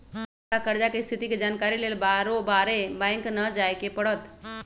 अब हमरा कर्जा के स्थिति के जानकारी लेल बारोबारे बैंक न जाय के परत्